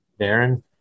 Darren